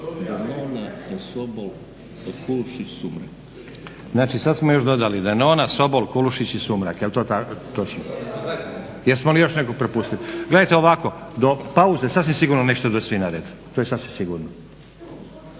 zaboravili upisati? Znači sad smo još dodali Denona, Sobol, Kulušić i Sumrak, jel to točno? Jesmo li još nekog propustili. Gledajte do pauze sasvim sigurno nećete doći svi na red, to je sasvim sigurno.